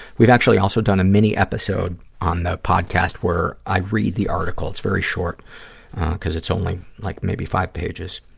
we've actually also done a mini episode on the podcast where i read the article. it's very short because it's only like maybe five pages.